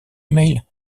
email